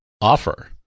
offer